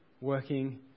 working